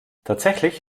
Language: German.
tatsächlich